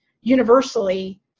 universally